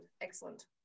excellent